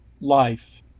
life